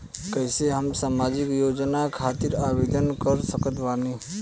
कैसे हम सामाजिक योजना खातिर आवेदन कर सकत बानी?